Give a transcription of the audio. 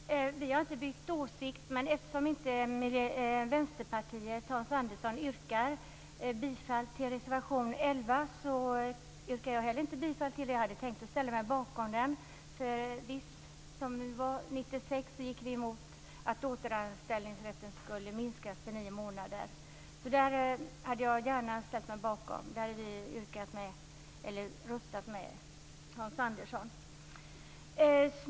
Fru talman! Vi har inte bytt åsikt. Men eftersom inte Vänsterpartiets Hans Andersson yrkar bifall till reservation 11 yrkar inte jag heller bifall till den. Jag hade tänkt ställa mig bakom den, för 1996 gick vi emot att återanställningsrätten skulle minskas till nio månader. Den hade jag gärna ställt mig bakom, och vi hade röstat med Hans Andersson.